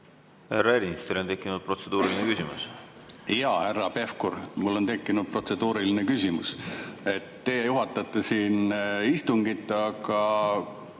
teil on tekkinud protseduuriline küsimus. Jaa, härra Pevkur, mul on tekkinud protseduuriline küsimus. Teie juhatate siin istungit, aga